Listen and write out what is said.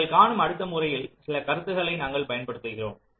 நீங்கள் காணும் அடுத்த முறையில் சில கருத்துக்களை நாங்கள் பயன்படுத்துகிறோம்